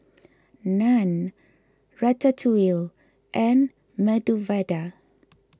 Naan Ratatouille and Medu Vada